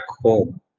home